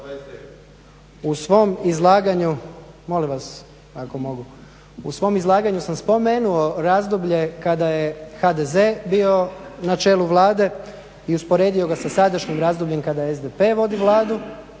U svom izlaganju sam spomenuo razdoblje kada je HDZ bio na čelu Vlade i usporedio ga sa sadašnjim razdobljem kada SDP vodi Vladu.